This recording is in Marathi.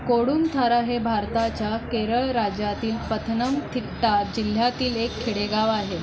कोडुमथारा हे भारताच्या केरळ राज्यातील पथनमथिट्टा जिल्ह्यातील एक खेडेगाव आहे